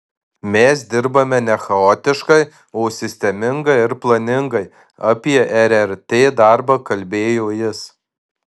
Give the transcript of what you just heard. mes dirbame ne chaotiškai o sistemingai ir planingai apie rrt darbą kalbėjo jis